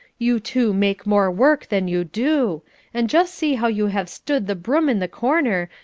you two make more work than you do and just see how you have stood the broom in the corner,